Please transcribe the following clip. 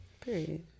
period